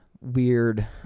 weird